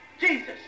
Jesus